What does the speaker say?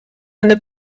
eine